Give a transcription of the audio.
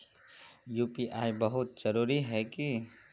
UPI बहुत जरूरी है की?